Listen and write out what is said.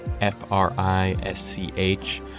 F-R-I-S-C-H